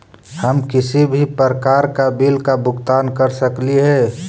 हम किसी भी प्रकार का बिल का भुगतान कर सकली हे?